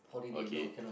okay